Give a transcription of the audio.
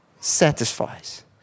satisfies